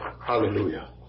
Hallelujah